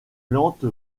lente